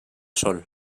sol